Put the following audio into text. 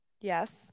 yes